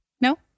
No